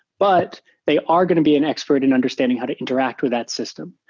but they are going to be an expert in understanding how to interact with that system.